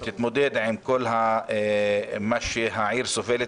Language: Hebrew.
שתתמודד עם כל מה שהעיר סובלת,